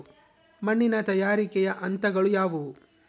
ಮಣ್ಣಿನ ತಯಾರಿಕೆಯ ಹಂತಗಳು ಯಾವುವು?